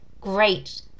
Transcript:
Great